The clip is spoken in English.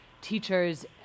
teachers